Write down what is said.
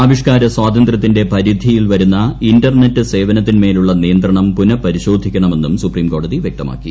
ആവിഷ്ക്കാര സ്വാതന്ത്ര്യത്തിന്റെ പരിധിയിൽ വരുന്ന ഇന്റർനെറ്റ് സേവനത്തിന്മേലുള്ള നിയന്ത്രണം പുനഃപരിശോധിക്കണമെന്നും സുപ്രീംകോടതി വ്യക്തമാക്കി